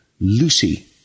Lucy